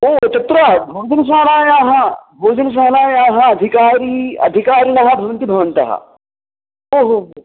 ओ तत्र भोजनशालायाः भोजनशालायाः अधिकारी अधिकारिणः भवन्ति भवन्तः ओहोहो